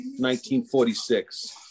1946